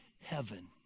heaven